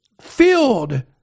filled